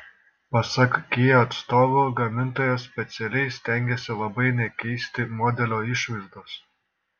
pasak kia atstovų gamintojas specialiai stengėsi labai nekeisti modelio išvaizdos